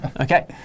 Okay